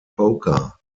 poker